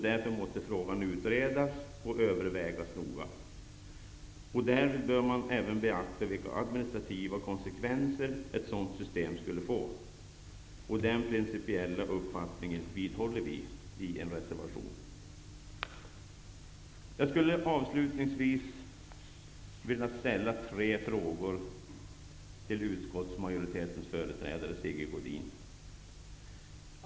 Frågan måste därför utredas och övervägas noga. Därvid bör man även beakta vilka administrativa konsekvenser ett sådant system skulle få. Vi vidhåller denna principiella uppfattning i en reservation. Avslutningsvis skulle jag vilja ställa tre frågor till utskottsmajoritetens företrädare Sigge Godin.